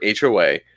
HOA